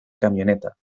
camioneta